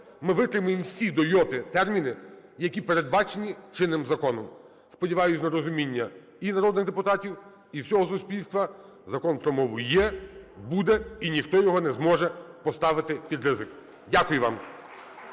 ми витримаємо всі до йоти терміни, які передбачені чинним законом. Сподіваюсь на розуміння і народних депутатів, і всього суспільства. Закон про мову є, буде, і ніхто його не зможе поставити під ризик. Дякую вам.